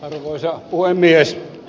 arvoisa puhemies